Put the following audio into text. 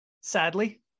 Sadly